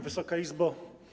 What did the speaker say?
Wysoka Izbo!